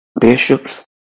bishops